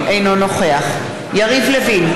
אינו נוכח יריב לוין,